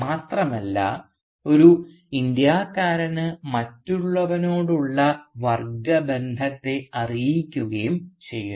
മാത്രമല്ല ഒരു ഇന്ത്യക്കാരന് മറ്റുള്ളവനോടുള്ള വർഗബന്ധത്തെ അറിയിക്കുകയും ചെയ്യുന്നു